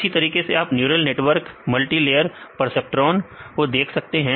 इसी तरीके से आप न्यूरल नेटवर्क मल्टीलेयर परसेप्ट्रॉन को देख सकते हैं